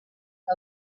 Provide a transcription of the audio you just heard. que